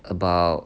about